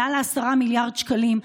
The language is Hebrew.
יותר מ-10 מיליארד שקלים.